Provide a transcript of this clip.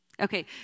Okay